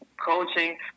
coaching